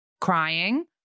crying